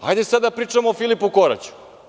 Hajde sada da pričamo o Filipu Koraću.